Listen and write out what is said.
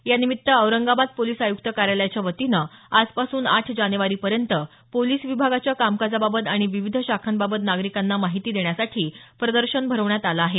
यानिमित्त औरंगाबाद पोलिस आयुक्त कार्यालयाच्या वतीनं आजपासून आठ जानेवारीपर्यंत पोलिस विभागाच्या कामकाजाबाबत आणि विविध शाखांबाबत नागरिकांना माहिती देण्यासाठी प्रदर्शन भरवण्यात आलं आहे